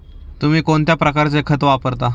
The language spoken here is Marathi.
तुम्ही कोणत्या प्रकारचे खत वापरता?